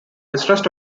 distressed